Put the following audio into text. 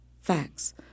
facts